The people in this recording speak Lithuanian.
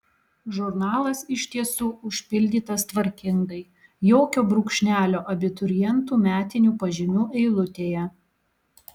žurnalas iš tiesų užpildytas tvarkingai jokio brūkšnelio abiturientų metinių pažymių eilutėje